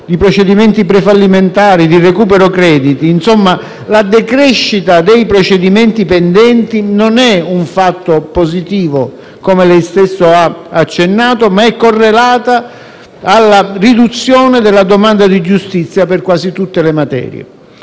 di procedimenti prefallimentari e di recupero crediti, insomma la decrescita dei procedimenti pendenti non è un fatto positivo, come lei stesso ha accennato, ma è correlato alla riduzione della domanda di giustizia per quasi tutte le materie.